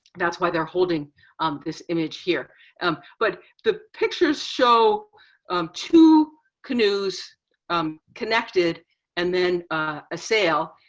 that's why they're holding um this image here um but the pictures show two canoes connected and then a sale.